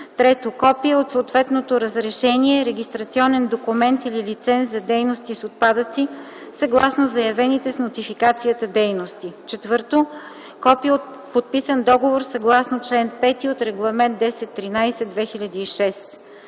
му; 3. копие от съответното разрешение, регистрационен документ или лиценз за дейности с отпадъци съгласно заявените с нотификацията дейности; 4. копие от подписан договор съгласно чл. 5 от Регламент 1013/2006.